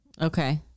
Okay